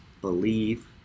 believe